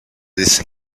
this